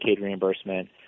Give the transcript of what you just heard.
reimbursement